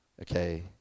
okay